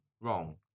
wrong